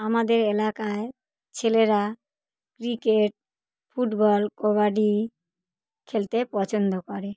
আমাদের এলাকায় ছেলেরা ক্রিকেট ফুটবল কবাডি খেলতে পছন্দ করে